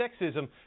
sexism